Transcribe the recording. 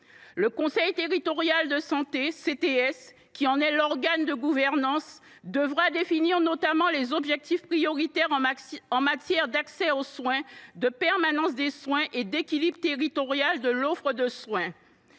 Le conseil territorial de santé, qui en sera l’organe de gouvernance, devra notamment définir les objectifs prioritaires en matière d’accès aux soins, de permanence des soins et d’équilibre territorial de l’offre de soins.